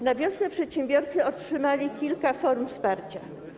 Na wiosnę przedsiębiorcy otrzymali kilka form wsparcia.